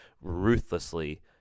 ruthlessly